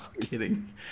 kidding